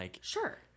Sure